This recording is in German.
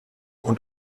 und